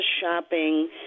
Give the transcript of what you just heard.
shopping